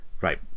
right